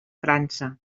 frança